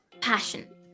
Passion